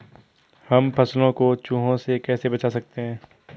हम फसलों को चूहों से कैसे बचा सकते हैं?